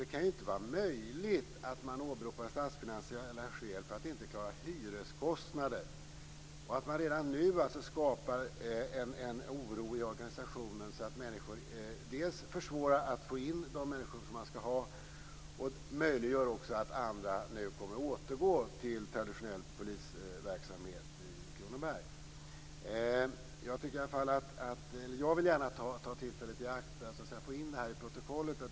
Det kan inte vara möjligt att man åberopar statsfinansiella skäl för att inte klara hyreskostnader, och att man redan nu skapar en oro i organisationen så att det försvårar att få in de människor som man skall ha och att andra återgår till traditionell polisverksamhet i Kronoberg. Jag vill gärna ta tillfället i akt att få in det här i protokollet.